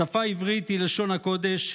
השפה העברית היא לשון הקודש,